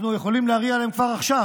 אנחנו יכולים להריע להם כבר עכשיו.